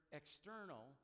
external